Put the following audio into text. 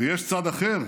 יש צד אחר,